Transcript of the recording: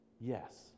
yes